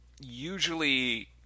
Usually